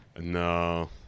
No